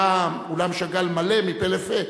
אולם שאגאל היה מלא מפה לפה,